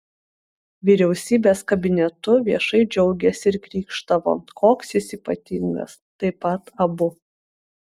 vyriausybės kabinetu viešai džiaugėsi ir krykštavo koks jis ypatingas taip pat abu